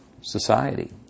society